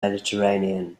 mediterranean